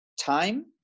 time